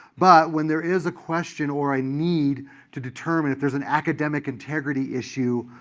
but when there is a question or a need to determine if there's an academic integrity issue,